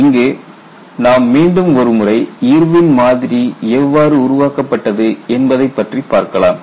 இங்கு நாம் மீண்டும் ஒரு முறை இர்வின் மாதிரி எவ்வாறு உருவாக்கப்பட்டது என்பதை பற்றி பார்க்கலாம்